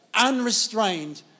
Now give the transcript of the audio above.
unrestrained